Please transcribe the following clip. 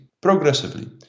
progressively